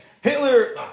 Hitler